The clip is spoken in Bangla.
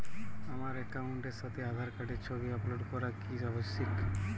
আমার অ্যাকাউন্টের সাথে আধার কার্ডের ছবি আপলোড করা কি আবশ্যিক?